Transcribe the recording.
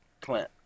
Clint